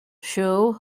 show